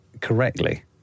correctly